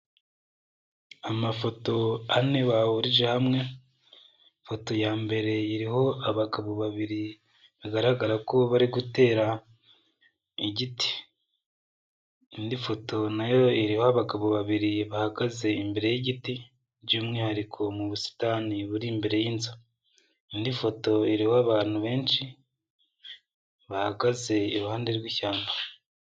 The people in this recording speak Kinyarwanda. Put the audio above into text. Amafoto ane bahurije hamwe. Ifoto ya mbere iriho abagabo babiri bigaragara ko bari gutera igiti. Indi foto nayo iriho abagabo babiri bahagaze imbere y'igiti, by'umwihariko mu busitani buri imbere y'inzu. Indi foto iriho abantu benshi bahagaze iruhande rw'ishyamba.